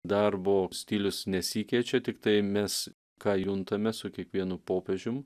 darbo stilius nesikeičia tiktai mes ką juntame su kiekvienu popiežium